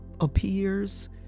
appears